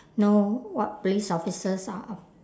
know what police officers are uh